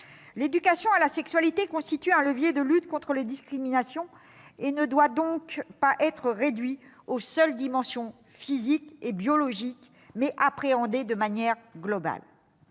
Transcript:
L'éducation à la sexualité constitue un levier de lutte contre les discriminations. Elle doit être non pas réduite aux seules dimensions physiques et biologiques, mais appréhendée de manière globale.